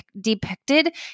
depicted